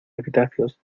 epitafios